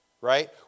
right